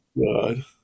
God